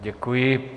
Děkuji.